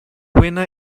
winner